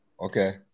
Okay